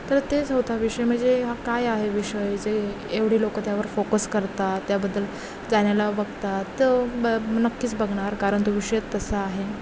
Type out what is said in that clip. तर तेच होता विषय म्हणजे हा काय आहे विषय जे एवढी लोकं त्यावर फोकस करतात त्याबद्दल जाण्याला बघतात तर ब नक्कीच बघणार कारण तो विषय तसा आहे